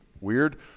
weird